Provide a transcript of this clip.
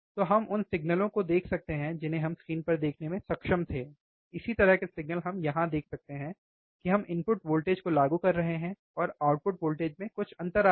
तो हम उन सिग्नलों को देख सकते हैं जिन्हें हम स्क्रीन पर देखने में सक्षम थे इसी तरह के सिग्नल हम यहां देख सकते हैं कि हम इनपुट वोल्टेज को लागू कर रहे हैं और आउटपुट वोल्टेज में कुछ अंतराल है